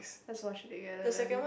let's watch together then